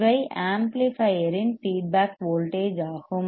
இவை ஆம்ப்ளிபையர்யின் feedback voltage ஆகும்